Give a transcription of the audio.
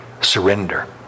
surrender